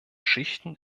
schichten